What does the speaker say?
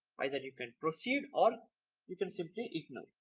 either you can proceed or you can simply ignore.